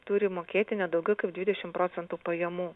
turi mokėti ne daugiau kaip dvidešimt procentų pajamų